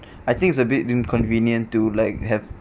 I think it's a bit inconvenient to like have